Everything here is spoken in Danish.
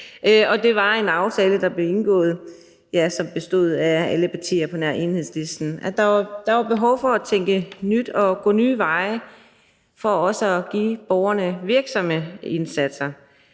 og det var en aftale, der blev indgået af alle partier på nær Enhedslisten. Der var behov for at tænke nyt og gå nye veje for også at give borgerne virksomme indsatser.